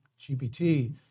gpt